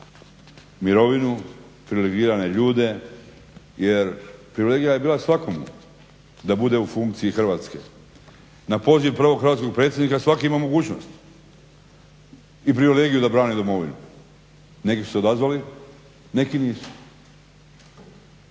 mirovinu, privilegirane ljude. Jer privilegija je bila svakomu da bude u funkciji Hrvatske. Na poziv prvog Hrvatskog predsjednika svako je imao mogućnost i privilegiju da brani domovinu, neki su se odazvali neki nisu.